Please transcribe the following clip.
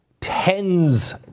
tens